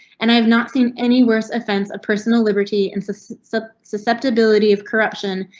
and i have not seen any worse offense, a personal liberty and so so susceptibility of corruption.